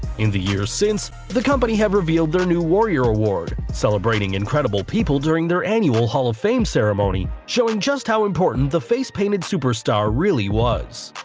in the years since, the company have revealed their new warrior award award celebrating incredible people during their annual hall of fame ceremony, showing just how important the face-painted superstar really was.